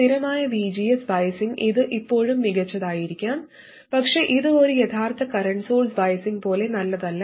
സ്ഥിരമായ VGS biasing ഇത് ഇപ്പോഴും മികച്ചതായിരിക്കാം പക്ഷേ ഇത് ഒരു യഥാർത്ഥ കറന്റ് സോഴ്സ് ബയാസിംഗ് പോലെ നല്ലതല്ല